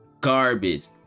garbage